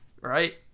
Right